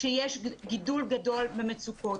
שיש גידול גדול במצוקות.